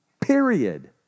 period